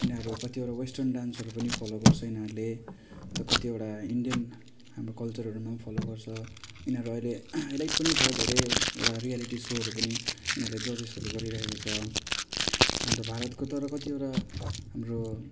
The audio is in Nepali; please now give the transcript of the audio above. यिनीहरू कतिवटा वेस्टर्न डान्सहरू पनि फलो गर्छ यिनीहरूले अन्त कतिवटा इन्डियन हाम्रो कल्चरहरूमा फलो गर्छ यिनीहरू अहिले हाई लाइट पनि छ धेरैवटा रियालिटी सोहरू पनि यिनीहरूले जजेसहरू गरिरहेको छ अन्त भारतको तर कतिवटा हाम्रो